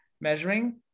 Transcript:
measuring